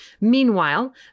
Meanwhile